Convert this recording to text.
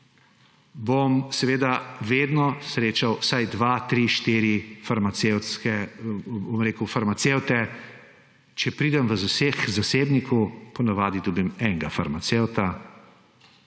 bom vedno srečal vsaj dva, tri, štiri farmacevte, če pridem k zasebniku, po navadi dobim enega farmacevta